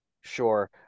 sure